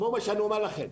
שמעו מה שאני אומר לכם,